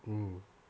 mm